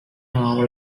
novel